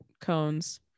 cones